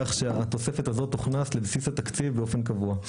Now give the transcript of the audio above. כך שהתוספת הזאת תוכנס לבסיס התקציב באופן קבוע.